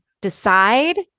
decide